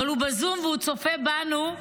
אבל הוא בזום והוא צופה בנו,